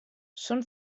són